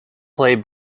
play